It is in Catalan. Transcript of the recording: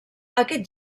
aquest